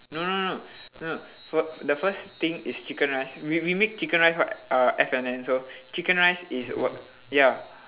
no no no no for the first thing is chicken rice w~ we make chicken rice for uh F&N so chicken rice is what ya